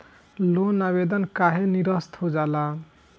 Loan आवेदन काहे नीरस्त हो जाला?